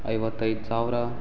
ಐವತ್ತೈದು ಸಾವಿರ